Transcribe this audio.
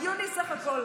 הגיוני סך הכול.